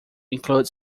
include